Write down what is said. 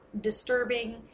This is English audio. disturbing